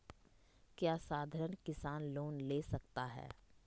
क्या साधरण किसान लोन ले सकता है?